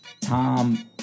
Tom